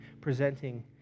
presenting